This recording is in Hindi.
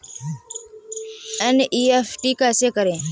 एन.ई.एफ.टी कैसे करें?